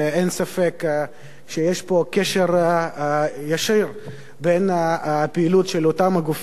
אין ספק שיש פה קשר ישיר בין הפעילות של אותם הגופים